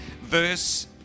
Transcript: verse